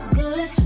good